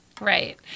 right